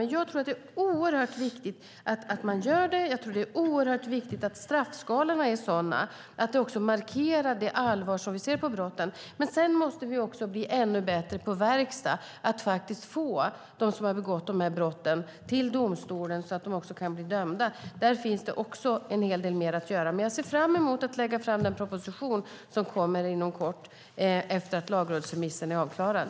Men det är oerhört viktigt att man gör det, och det är oerhört viktigt att straffskalorna är sådana att de markerar det allvar som vi ser på de här brotten med. Sedan måste vi bli ännu bättre på verkstad och faktiskt få dem som har begått sådana här brott till domstolen så att de kan bli dömda. Där finns det en hel del mer att göra, men jag ser fram emot att lägga fram den proposition som kommer inom kort efter det att lagrådsremissen är avklarad.